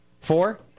four